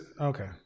okay